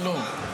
לא, לא, לא.